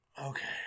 Okay